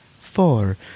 four